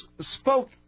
spoke